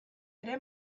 ere